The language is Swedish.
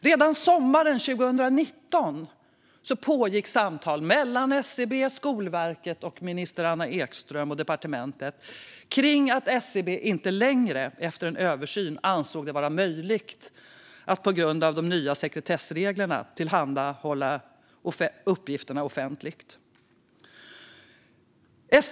Redan sommaren 2019 pågick samtal mellan SCB, Skolverket och minister Anna Ekström och departementet om att SCB efter en översyn inte längre ansåg det vara möjligt att tillhandahålla uppgifterna offentligt på grund av de nya sekretessreglerna.